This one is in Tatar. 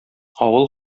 авыл